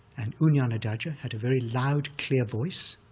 and u nanadhaja had a very loud, clear voice,